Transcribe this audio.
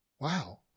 Wow